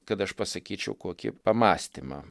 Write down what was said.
kad aš pasakyčiau kokį pamąstymą